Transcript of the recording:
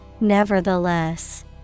Nevertheless